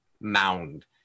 mound